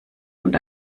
und